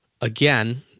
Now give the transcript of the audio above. again